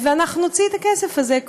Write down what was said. ואנחנו נוציא את הכסף הזה,